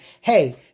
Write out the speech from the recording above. hey